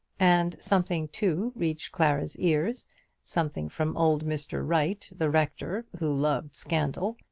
and something, too, reached clara's ears something from old mr. wright, the rector, who loved scandal,